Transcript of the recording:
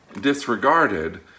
disregarded